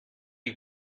you